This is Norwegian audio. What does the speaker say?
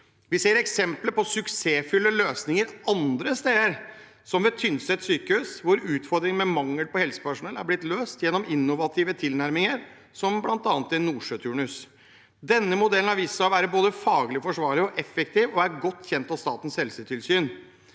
Vi ser eksempler på suksessfulle løsninger andre steder, som ved Tynset sykehus, hvor utfordringen med mangel på helsepersonell er blitt løst gjennom innovative tilnærminger, bl.a. en nordsjøturnus. Denne modellen har vist seg å være både faglig forsvarlig og effektiv og er godt kjent av Statens helsetilsyn.